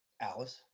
alice